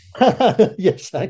Yes